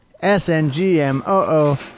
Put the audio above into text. S-N-G-M-O-O